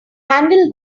handle